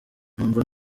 numva